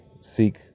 seek